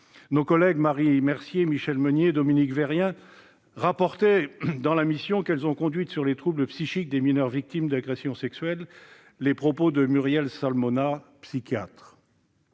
Nos collègues Marie Mercier, Michelle Meunier et Dominique Vérien rapportaient, dans la mission qu'elles ont conduite sur les troubles psychiques des mineurs victimes d'agressions sexuelles, les propos de la psychiatre